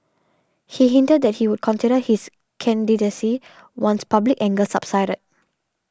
he hinted that he would consider his candidacy once public anger subsided